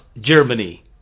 Germany